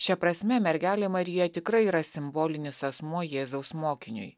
šia prasme mergelė marija tikrai yra simbolinis asmuo jėzaus mokiniui